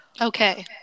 Okay